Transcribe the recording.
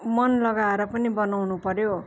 मन लगाएर पनि बनाउनु पऱ्यो